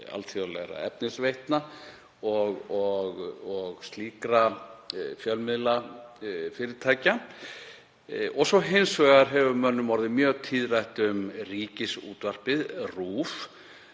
alþjóðlegra efnisveitna og slíkra fjölmiðlafyrirtækja og hins vegar hefur mönnum orðið mjög tíðrætt um Ríkisútvarpið, RÚV,